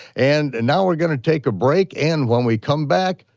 and and now we're gonna take a break, and when we come back,